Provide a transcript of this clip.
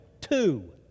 two